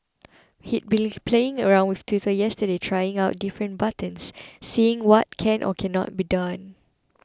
had been playing around with Twitter yesterday trying out different buttons seeing what can or cannot be done